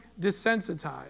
desensitized